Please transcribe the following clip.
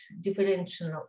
differential